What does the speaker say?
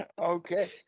Okay